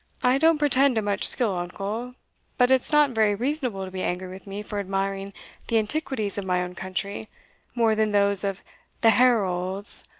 i don't pretend to much skill, uncle but it's not very reasonable to be angry with me for admiring the antiquities of my own country more than those of the harolds,